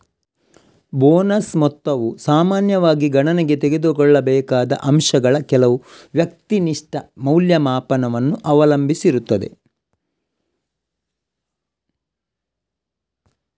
bonus ಮೊತ್ತವು ಸಾಮಾನ್ಯವಾಗಿ ಗಣನೆಗೆ ತೆಗೆದುಕೊಳ್ಳಬೇಕಾದ ಅಂಶಗಳ ಕೆಲವು ವ್ಯಕ್ತಿನಿಷ್ಠ ಮೌಲ್ಯಮಾಪನವನ್ನು ಅವಲಂಬಿಸಿರುತ್ತದೆ